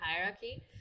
hierarchy